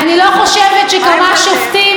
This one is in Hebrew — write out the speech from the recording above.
אני לא חושבת שכמה שופטים,